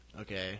okay